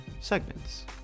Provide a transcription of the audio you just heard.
segments